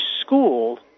school